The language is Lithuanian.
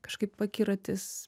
kažkaip akiratis